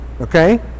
okay